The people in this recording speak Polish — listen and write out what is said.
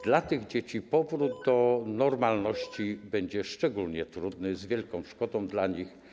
Dla tych dzieci powrót do normalności będzie szczególnie trudny, z wielką szkodą dla nich.